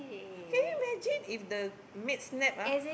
can you imagine if the maid snap ah